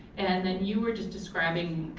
and then you were just describing,